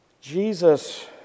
Jesus